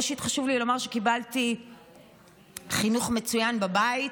ראשית חשוב לי לומר שקיבלתי חינוך מצוין בבית,